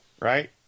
Right